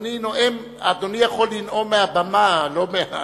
אדוני יכול לנאום מהבמה ולא מהצד.